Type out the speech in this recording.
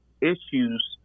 issues